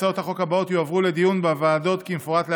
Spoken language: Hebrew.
יועברו לדיון בוועדות כמפורט להלן: